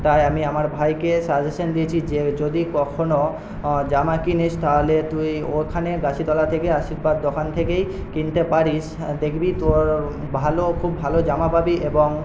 তাই আমি আমার ভাইকে সাজেশন দিয়েছি যে যদি কখনো জামা কিনিস তাহলে তুই ওখানে গাছিতলা থেকে আশীর্বাদ দোকান থেকেই কিনতে পারিস দেখবি তোর ভালো খুব ভালো জামা পাবি এবং